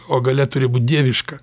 o galia turi būt dieviška